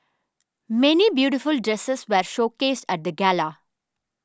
many beautiful dresses were showcased at the gala